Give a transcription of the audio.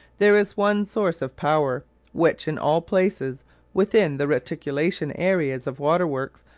there is one source of power which, in all places within the reticulation areas of waterworks,